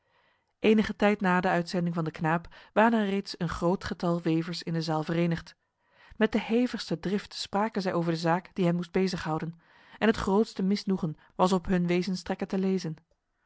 enige tijd na de uitzending van de knaap waren er reeds een groot getal wevers in de zaal verenigd met de hevigste drift spraken zij over de zaak die hen moest bezig houden en het grootste misnoegen was op hun wezenstrekken te lezen